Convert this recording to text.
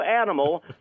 animal